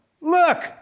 Look